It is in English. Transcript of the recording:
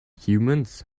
humans